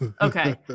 okay